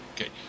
Okay